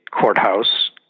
courthouse